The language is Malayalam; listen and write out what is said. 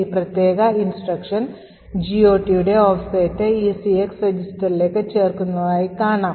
ഈ പ്രത്യേക നിർദ്ദേശം GOTയുടെ ഓഫ്സെറ്റ് ECX രജിസ്റ്ററിലേക്ക് ചേർക്കുന്നതായി കാണാം